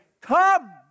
Come